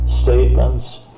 statements